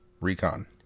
recon